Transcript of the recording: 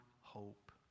hope